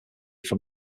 from